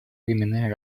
временные